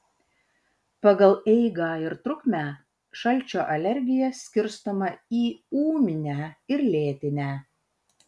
pagal eigą ir trukmę šalčio alergija skirstoma į ūminę ir lėtinę